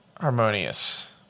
harmonious